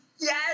yes